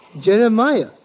Jeremiah